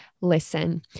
listen